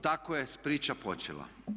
Tako je priča počela.